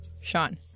Sean